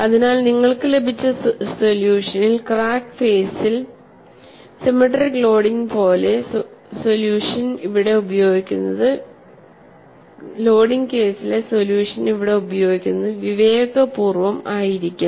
അതിനാൽ നിങ്ങൾക്ക് ലഭിച്ച സൊല്യൂഷനിൽ ക്രാക്ക് ഫേസിൽ സിമെട്രിക് ലോഡിംഗ് കേസിലെ സൊല്യൂഷൻ ഇവിടെ ഉപയോഗിക്കുന്നത് വിവേകപൂർവ്വം ആയിരിക്കും